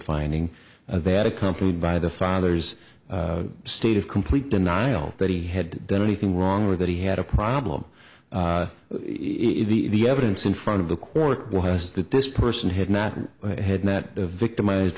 finding that accompanied by the father's state of complete denial that he had done anything wrong or that he had a problem in the evidence in front of the court was that this person had not had met the victimized